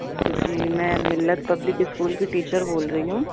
جی میں Millat public school کی teacher بول رہی ہوں